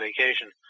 vacation